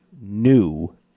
new